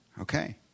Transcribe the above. Okay